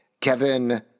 Kevin